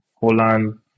Holland